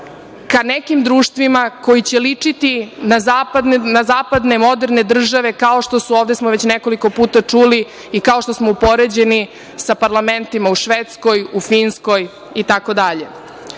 ka nekim društvima koja će ličiti na zapadne moderne države, kao što su, ovde smo već nekoliko puta čuli i kao što smo upoređeni sa parlamentima u Švedskoj, Finskoj